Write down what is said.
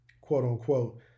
quote-unquote